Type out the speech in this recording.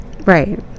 Right